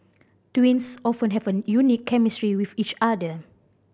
twins often have a unique chemistry with each other